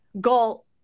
goal